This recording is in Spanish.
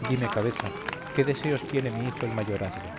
dime cabeza qué deseos tiene mi hijo el mayorazgo